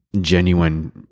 genuine